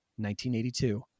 1982